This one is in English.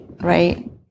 right